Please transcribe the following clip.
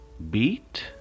beat